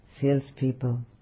Salespeople